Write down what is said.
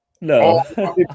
No